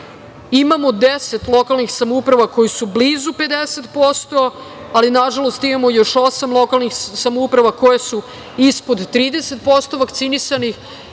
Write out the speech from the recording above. deset lokalnih samouprava koje su blizu 50%, ali nažalost imamo još osam lokalnih samouprava koje su ispod 30% vakcinisanih